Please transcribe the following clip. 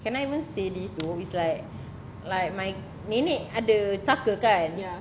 can I even say this though it's like like my nenek ada saka kan